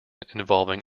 involving